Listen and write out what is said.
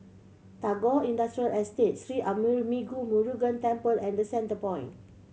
Tagore Industrial Estate Sri Arulmigu Murugan Temple and The Centrepoint